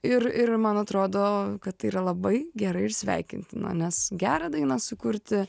ir ir man atrodo kad tai yra labai gerai ir sveikintina nes gerą dainą sukurti